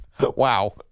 Wow